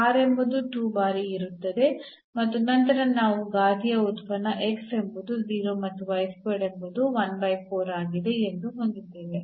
r ಎಂಬುದು 2 ಬಾರಿ ಇರುತ್ತದೆ ಮತ್ತು ನಂತರ ನಾವು ಘಾತೀಯ ಉತ್ಪನ್ನ ಎಂಬುದು 0 ಮತ್ತು ಎಂಬುದು ಆಗಿದೆ ಎಂದು ಹೊಂದಿದ್ದೇವೆ